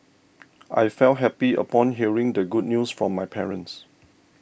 I felt happy upon hearing the good news from my parents